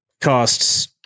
costs